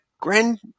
grand